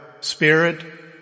spirit